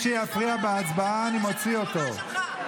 אתה לא תקרא ללוחמים שלנו, תתבייש.